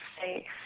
safe